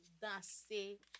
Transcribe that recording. danser